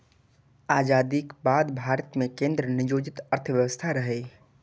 आजादीक बाद भारत मे केंद्र नियोजित अर्थव्यवस्था रहै